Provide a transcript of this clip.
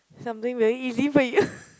something very easy for you